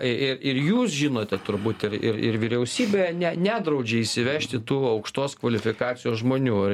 ir jūs žinote turbūt ir vyriausybė ne nedraudžia įsivežti tų aukštos kvalifikacijos žmonių